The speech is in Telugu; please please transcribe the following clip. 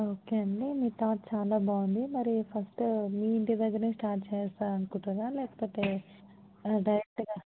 ఓకే అండి మీ థాట్ చాలా బాగుంది మరి ఫస్ట్ మీ ఇంటి దగ్గర స్టార్ట్ చేస్తా అనుకుంటుర్రా లేకపోతే డైరెక్ట్గా